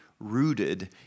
rooted